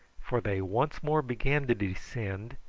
for they once more began to descend,